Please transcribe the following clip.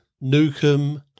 Newcomb